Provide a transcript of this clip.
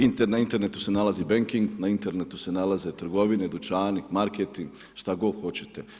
I na internetu se nalazi banking, na internetu se nalaze trgovine, dućani, marketing, šta god hoćete.